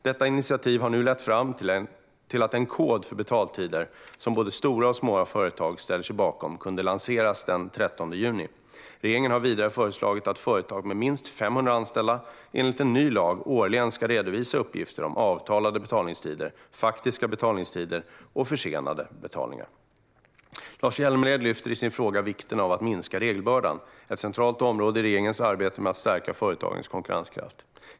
Detta initiativ har nu lett till att en kod för betaltider, som både stora och små företag ställer sig bakom, kunde lanseras den 13 juni. Regeringen har vidare föreslagit att företag med minst 500 anställda, enligt en ny lag, årligen ska redovisa uppgifter om avtalade betaltider, faktiska betaltider och försenade betalningar. Lars Hjälmered lyfter i sin fråga fram vikten av att minska regelbördan. Det är ett centralt område i regeringens arbete med att stärka företagens konkurrenskraft.